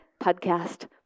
podcast